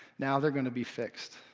now they're going to be fixed,